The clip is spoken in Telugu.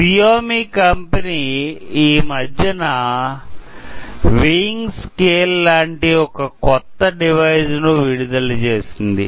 క్సియోమి కంపెనీ ఈ మధ్యన వెయింగ్ స్కేల్ లాంటి ఒక క్రొత్త డివైస్ ను విడుదల చేసింది